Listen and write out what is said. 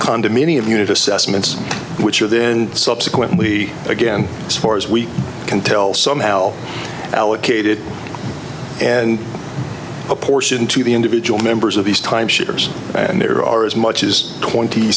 condominium unit assessments which are then subsequently again as far as we can tell somehow allocated and a portion to the individual members of these timeshares and there are as much as twenty